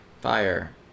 fire